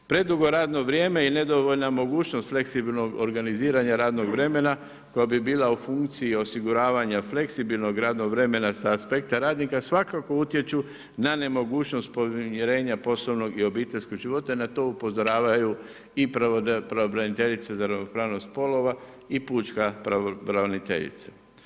Predugo radno vrijeme i nedovoljna fleksibilnog organiziranja radnog vremena, koja bi bila u funkciji osiguravanja fleksibilnog radnog vremena sa aspekta radnika svakako utječu na nemogućnost povjerenje poslovnog i obiteljskog života i na to upozoravaju i pravobraniteljica za ravnopravnost spolova i pučka pravobraniteljica.